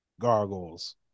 Gargles